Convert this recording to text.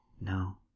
No